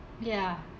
ya